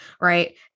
right